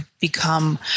become